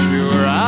Sure